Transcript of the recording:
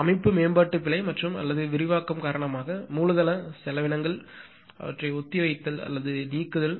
அமைப்பு மேம்பாட்டு பிழை மற்றும் அல்லது விரிவாக்கம் காரணமாக மூலதன செலவினங்களை ஒத்திவைத்தல் அல்லது நீக்குதல்